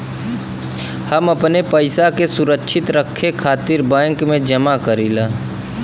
हम अपने पइसा के सुरक्षित रखे खातिर बैंक में जमा करीला